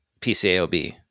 PCAOB